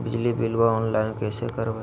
बिजली बिलाबा ऑनलाइन कैसे करबै?